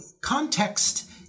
context